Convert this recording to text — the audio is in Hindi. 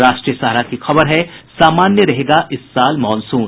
राष्ट्रीय सहारा की खबर है सामान्य रहेगा इस साल मानसून